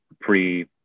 pre